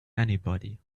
anybody